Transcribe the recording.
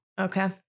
Okay